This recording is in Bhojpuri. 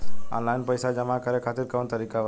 आनलाइन पइसा जमा करे खातिर कवन तरीका बा?